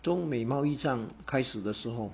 中美贸易战开始的时候